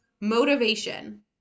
motivation